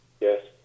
Yes